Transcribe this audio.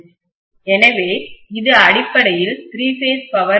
எனவே இது அடிப்படையில் திரி பேஸ் பவர் வெளிப்பாடு